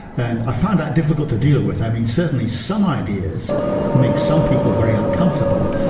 and i found that difficult to deal with. i mean certainly some ideas make some people very uncomfortable.